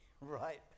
Right